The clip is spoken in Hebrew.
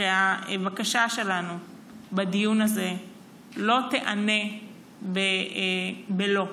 שהבקשה שלנו בדיון הזה לא תיענה בלא.